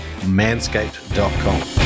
manscaped.com